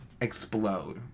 Explode